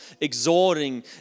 exhorting